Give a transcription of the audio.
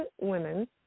women